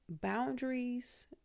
boundaries